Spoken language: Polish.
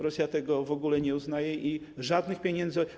Rosja tego w ogóle nie uznaje i żadnych pieniędzy.